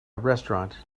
restaurant